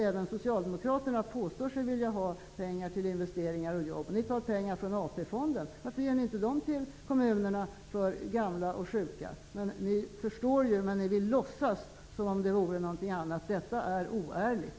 Även socialdemokraterna påstår sig vilja ha pengar till investeringar och jobb. Ni vill ta pengar från AP-fonden. Varför ger ni inte dem till kommunerna för att hjälpa gamla och sjuka? Ni förstår hur det ligger till, men låtsas som om läget vore annorlunda. Detta är oärligt.